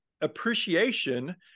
appreciation